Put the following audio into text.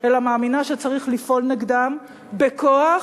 אלא מאמינה שצריך לפעול נגדם בכוח,